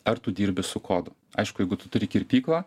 ar tu dirbi su kodu aišku jeigu tu turi kirpyklą